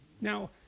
Now